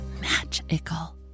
magical